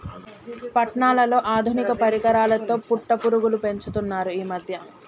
పట్నాలలో ఆధునిక పరికరాలతో పట్టుపురుగు పెంచుతున్నారు ఈ మధ్య